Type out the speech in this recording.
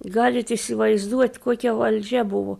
galit įsivaizduoti kokia valdžia buvo